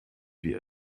wir